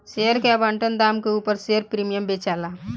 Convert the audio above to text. share के आवंटन दाम के उपर शेयर प्रीमियम बेचाला